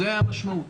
זה המשמעות.